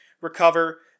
recover